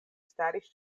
staris